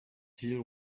till